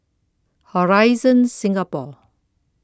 Horizon Singapore